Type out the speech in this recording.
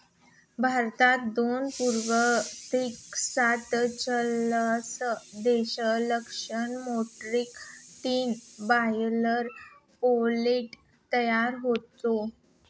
भारतात दोन पूर्णांक सत्तेचाळीस दशलक्ष मेट्रिक टन बॉयलर पोल्ट्री तयार होते